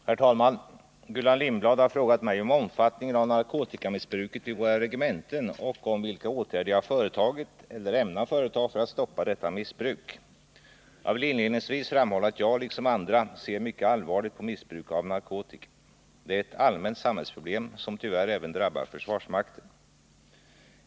Herr talman! Gullan Lindblad har frågat mig om omfattningen av narkotikamissbruket vid våra regementen och om vilka åtgärder jag företagit eller ämnar företa för att stoppa detta missbruk. Jag vill inledningsvis framhålla att jag liksom andra ser mycket allvarligt på missbruk av narkotika. Det är ett allmänt samhällsproblem som tyvärr även drabbar försvarsmakten.